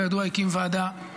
הקים ועדה,